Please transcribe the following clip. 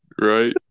Right